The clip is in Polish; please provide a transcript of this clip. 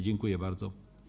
Dziękuję bardzo.